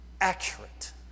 accurate